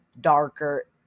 darker